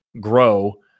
grow